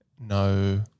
no